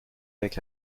avec